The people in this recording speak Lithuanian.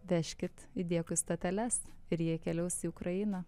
vežkit į dėkui stoteles ir jie keliaus į ukrainą